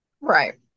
Right